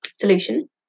Solution